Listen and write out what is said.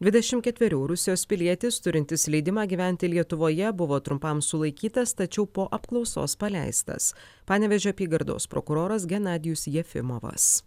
dvidešimt ketverių rusijos pilietis turintis leidimą gyventi lietuvoje buvo trumpam sulaikytas tačiau po apklausos paleistas panevėžio apygardos prokuroras genadijus jefimovas